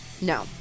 No